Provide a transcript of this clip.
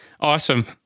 Awesome